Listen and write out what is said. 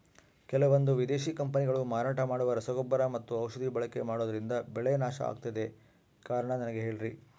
ಕೆಲವಂದು ವಿದೇಶಿ ಕಂಪನಿಗಳು ಮಾರಾಟ ಮಾಡುವ ರಸಗೊಬ್ಬರ ಮತ್ತು ಔಷಧಿ ಬಳಕೆ ಮಾಡೋದ್ರಿಂದ ಬೆಳೆ ನಾಶ ಆಗ್ತಾಇದೆ? ಕಾರಣ ನನಗೆ ಹೇಳ್ರಿ?